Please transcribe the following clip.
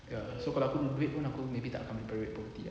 ya so kalau aku ada duit pun aku maybe tak akan beli private property ah